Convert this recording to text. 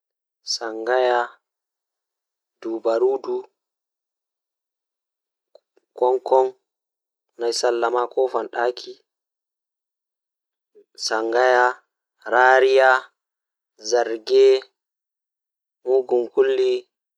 Woodi jei be wiyata dum hottollo, woodi ɓeɗon wada be rooba, woodi ɓeɗon naftira leda, ɓeɗon naftira be nylon, woodi wooɗi, woodi silk.